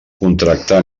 contractar